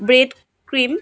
bread cream